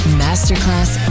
masterclass